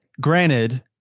granted